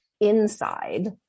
inside